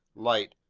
light,